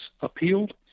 appealed